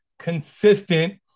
consistent